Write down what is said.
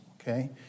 okay